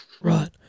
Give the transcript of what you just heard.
Right